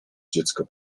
dziecko